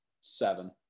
seven